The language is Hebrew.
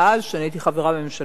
שאני הייתי חברה בממשלתו,